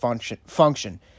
function